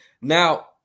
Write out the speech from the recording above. Now